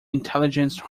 intelligence